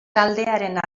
taldearen